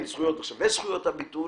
זכות הביטול